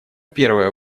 первое